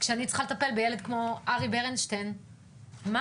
כשאני צריכה לטפל בילד כמו ארי ברנשטיין, מה?